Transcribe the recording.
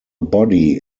body